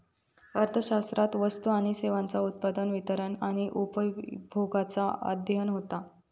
अर्थशास्त्रात वस्तू आणि सेवांचा उत्पादन, वितरण आणि उपभोगाचा अध्ययन होता